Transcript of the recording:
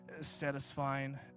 satisfying